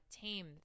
tame